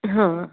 ହଁ